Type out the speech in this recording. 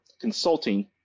consulting